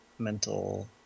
mental